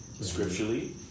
scripturally